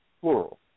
plural